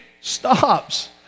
stops